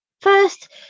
First